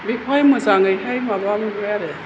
बेखौहाय मोजाङैहाय माबा मोनबाय आरो